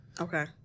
Okay